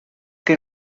que